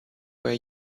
way